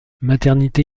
maternité